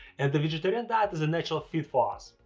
and the vegetarian diet is a natural fit for us.